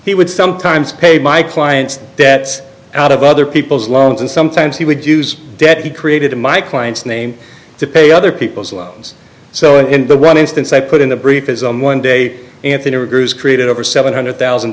he would sometimes pay my clients debts out of other people's loans and sometimes he would use deadly created in my client's name to pay other people's loans so in the one instance i put in the brief is on one day anthony created over seven hundred thousand